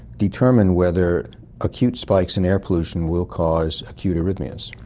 determine whether acute spikes in air pollution will cause acute arrhythmias.